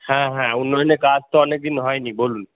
হ্যাঁ হ্যাঁ উন্নয়নের কাজ তো অনেক দিন হয়নি বলুন